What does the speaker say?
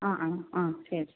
ആ ആ ആ ശരി ശരി